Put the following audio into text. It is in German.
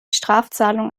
strafzahlungen